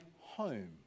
home